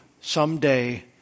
someday